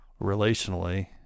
relationally